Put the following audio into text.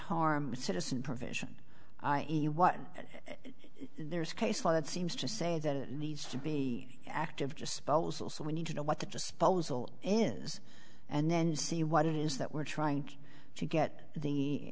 harm citizen provision that there's case law that seems to say that it needs to be active just suppose also we need to know what the disposal is and then see what it is that we're trying to get the